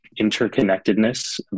interconnectedness